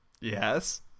Yes